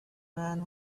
man